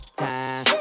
time